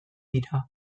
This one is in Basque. dira